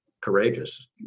courageous